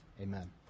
Amen